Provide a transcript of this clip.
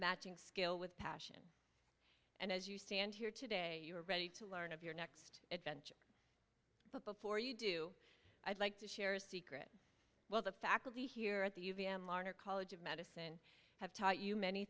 matching skill with passion and as you stand here today you are ready to learn of your next adventure but before you do i'd like to share a secret well the faculty here at the v m larner college of medicine have taught you many